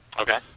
Okay